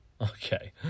Okay